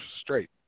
straight